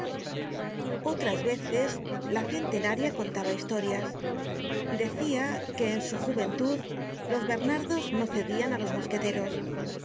otras veces la centenaria contaba historias decia que en su juventud los bernardos no cedian á los mosqueteros